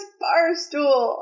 barstool